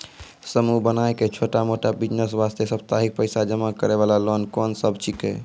समूह बनाय के छोटा मोटा बिज़नेस वास्ते साप्ताहिक पैसा जमा करे वाला लोन कोंन सब छीके?